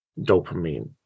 dopamine